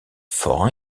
fort